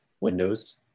windows